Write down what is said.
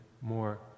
more